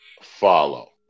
follow